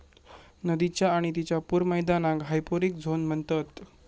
नदीच्य आणि तिच्या पूर मैदानाक हायपोरिक झोन म्हणतत